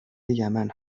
یمن